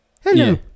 hello